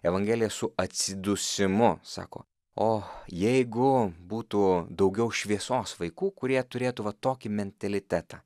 evangelija su atsidūsimu sako o jeigu būtų daugiau šviesos vaikų kurie turėtų tokį mentalitetą